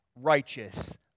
righteous